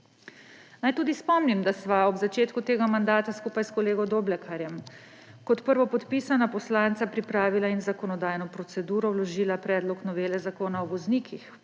Naj tudi spomnim, da sva ob začetku tega mandata skupaj s kolego Doblekarjem kot prvopodpisana poslanca pripravila in v zakonodajno proceduro vložila predlog novele Zakona o voznikih,